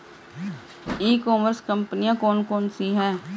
ई commerce कंपनियाँ कौन कौन सी हैं?